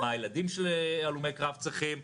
מה הילדים של הלומי קרב צריכים.